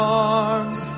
arms